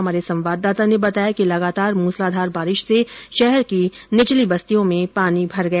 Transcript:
हमारे संवाददाता ने बताया कि लगातार मूसलाधार बारिश से शहर की निचली बस्तियों में पानी मर गया